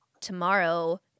tomorrow